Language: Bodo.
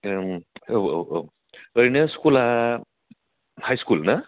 ओम औ औ औ ओरैनो स्कुला हाई स्कुलना